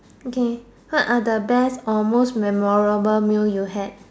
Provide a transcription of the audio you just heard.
okay what are the best or most memorable meal you had